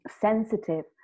sensitive